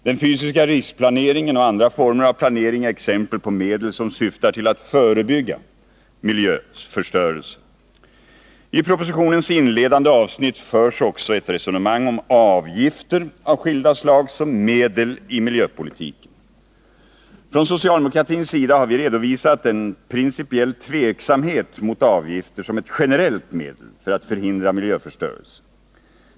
Den fysiska riksplaneringen och andra former av planering är exempel på medel som syftar till att förebygga miljöförstörelse. I propositionens inledande avsnitt förs också ett resonemang om avgifter av skilda slag som medel i miljöpolitiken. Från socialdemokratins sida har vi redovisat en principiell tveksamhet mot avgifter som ett generellt medel för att förhindra miljöförstörelse.